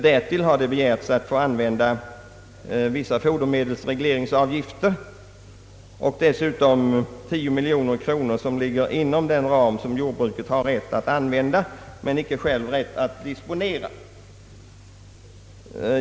Därtill har det begärts att man skulle få använda vissa fodermedelsregleringsavgifter och dessutom 10 miljoner kronor som ligger inom den ram som jordbruket har rätt att använda, men inte rätt att själv disponera.